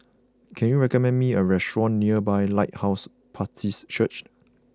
can you recommend me a restaurant nearby Lighthouse Baptist Church